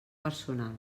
personal